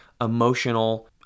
emotional